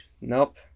Nope